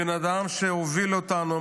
בן אדם שהוביל אותנו,